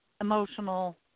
emotional